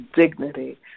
dignity